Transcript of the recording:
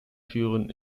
führen